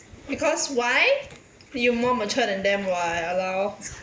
because why you more mature than them [what] !walao!